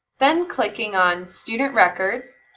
then clicking on student records,